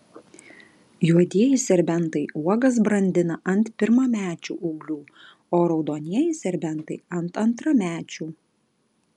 juodieji serbentai uogas brandina ant pirmamečių ūglių o raudonieji serbentai ant antramečių